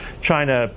China